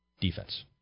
Defense